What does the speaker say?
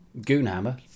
Goonhammer